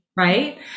Right